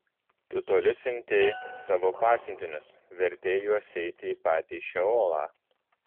tu toli siuntei savo pasiuntinius vertei juos eiti į patį šeolą